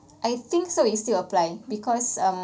I think so it still apply because um